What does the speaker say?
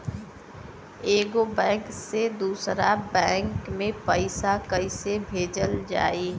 एगो बैक से दूसरा बैक मे पैसा कइसे भेजल जाई?